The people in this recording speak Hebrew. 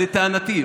לטענתי,